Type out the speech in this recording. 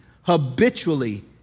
habitually